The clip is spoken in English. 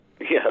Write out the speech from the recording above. Yes